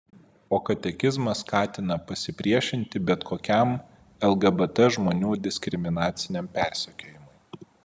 o katekizmas skatina pasipriešinti bet kokiam lgbt žmonių diskriminaciniam persekiojimui